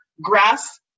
grass